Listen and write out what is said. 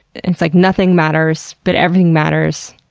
it's like, nothing matters, but everything matters,